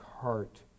heart